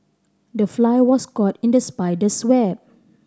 the fly was caught in the spider's web